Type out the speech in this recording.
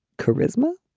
charisma.